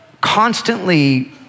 constantly